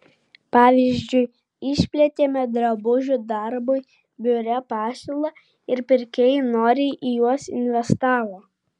pavyzdžiui išplėtėme drabužių darbui biure pasiūlą ir pirkėjai noriai į juos investavo